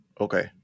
Okay